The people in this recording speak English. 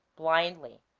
blindly